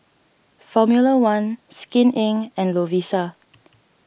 formula one Skin Inc and Lovisa